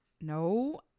No